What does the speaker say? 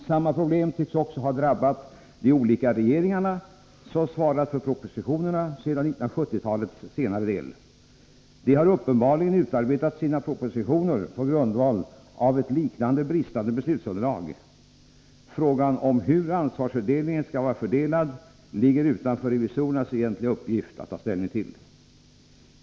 Samma problem tycks också ha drabbat de olika regeringar som svarat för propositionerna sedan 1970-talets senare del. De har uppenbarligen utarbetat sina propositioner på grundval av liknande bristande beslutsunderlag. Frågan om hur ansvaret skall vara fördelat ligger utanför revisorernas egentliga uppgift att ta ställning till.